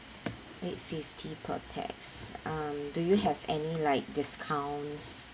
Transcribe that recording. eight fifty per pax um do you have any like discounts